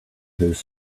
his